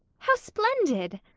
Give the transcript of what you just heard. how splendid!